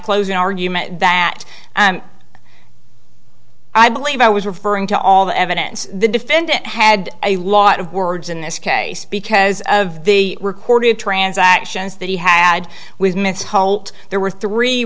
closing argument that i believe i was referring to all the evidence the defendant had a lot of words in this case because of the recorded transactions that he had with mr holt there were three